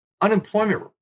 unemployment